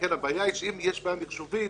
הבעיה היא שאם יש בעיה מחשובית